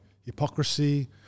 hypocrisy